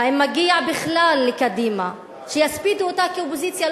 האם מגיע בכלל לקדימה שיספידו אותה כאופוזיציה?